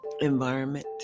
environment